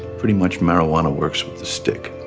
pretty much, marijuana works with the stick.